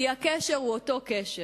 כי הקשר הוא אותו קשר,